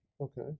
Okay